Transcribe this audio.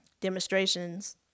demonstrations